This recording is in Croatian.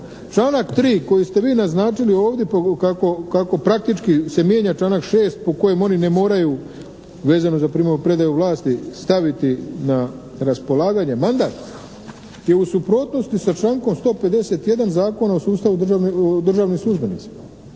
članak 3. koji ste vi naznačili ovdje kako praktički se mijenja članak 6. po kojem oni ne moraju, vezano za primopredaju vlasti, staviti na raspolaganje mandat je u suprotnosti sa člankom 151. Zakona o sustavu o državnim službenicima.